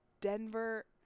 Denver